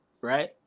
right